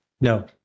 No